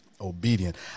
obedient